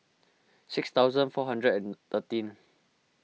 six thousand four hundred and thirteen